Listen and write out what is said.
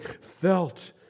felt